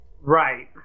Right